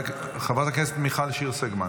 חברת הכנסת מיכל שיר סגמן.